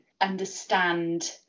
understand